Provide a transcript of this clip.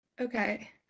okay